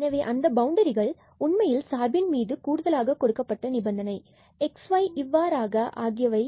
எனவே அந்த பவுண்டரிகள் உண்மையில் சார்பின் மீது கூடுதலாக கொடுக்கப்பட்ட நிபந்தனை xy இவ்வாறாக ஆகியவை